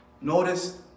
Notice